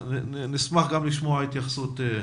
ונשמח לשמוע התייחסות.